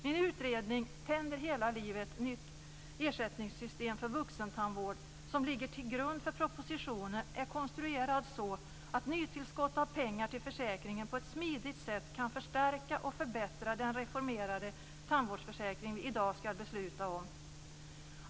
Min utredning Tänder hela livet - nytt ersättningssystem för vuxentandvård, som ligger till grund för propositionen, är konstruerad så att nytillskott av pengar till försäkringen på ett smidigt sätt kan förstärka och förbättra den reformerade tandvårdsförsäkring som vi i dag skall besluta om.